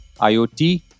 IoT